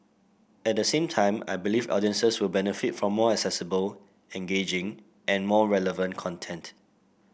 at the same time I believe audiences will benefit from more accessible engaging and more relevant content